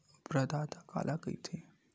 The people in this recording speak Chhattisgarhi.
प्रदाता काला कइथे?